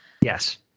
Yes